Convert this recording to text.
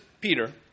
Peter